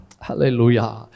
Hallelujah